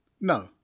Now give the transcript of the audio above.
No